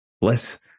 less